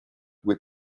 with